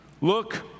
Look